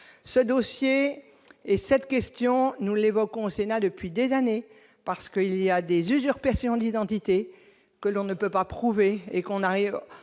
ce dossier, et cette question nous l'évoquons au Sénat depuis des années parce que il y a des usurpations d'identité que l'on ne peut pas prouver et qu'on arrive,